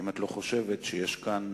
האם את לא חושבת שיש כאן